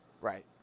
Right